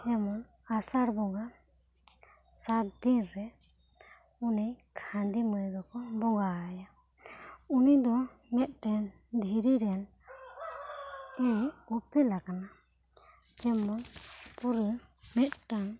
ᱟᱥᱟᱲ ᱵᱚᱸᱜᱟ ᱥᱟᱛ ᱫᱤᱱ ᱨᱮ ᱩᱱᱤ ᱠᱷᱟᱱᱫᱤᱢᱟᱹᱭ ᱫᱚ ᱠᱚ ᱵᱚᱸᱜᱟ ᱟᱭᱟ ᱩᱱᱤ ᱫᱚ ᱢᱤᱫᱴᱮᱱ ᱫᱷᱤᱨᱤ ᱨᱮ ᱩᱯᱮᱞ ᱟᱠᱟᱱᱟ ᱡᱮᱢᱚᱱ ᱯᱩᱨᱟᱹ ᱢᱤᱫᱴᱟᱝ